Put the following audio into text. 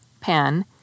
pen